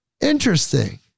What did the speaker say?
Interesting